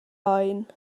oen